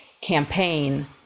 campaign